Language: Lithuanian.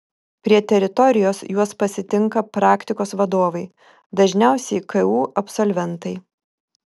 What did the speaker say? prie teritorijos juos pasitinka praktikos vadovai dažniausiai ku absolventai